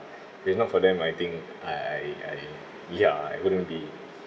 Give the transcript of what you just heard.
if not for them I think I I I ya I won't be